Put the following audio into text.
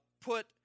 put